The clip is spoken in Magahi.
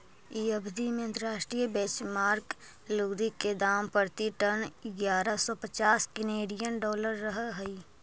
इ अवधि में अंतर्राष्ट्रीय बेंचमार्क लुगदी के दाम प्रति टन इग्यारह सौ पच्चास केनेडियन डॉलर रहऽ हई